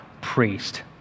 priest